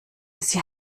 sie